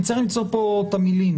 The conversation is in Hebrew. אני רק לא רוצה לכבול את ידיכם.